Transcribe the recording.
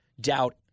doubt